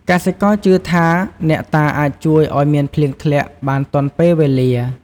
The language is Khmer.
កសិករជឿថា អ្នកតាអាចជួយឲ្យមានភ្លៀងធ្លាក់បានទាន់ពេលវេលា។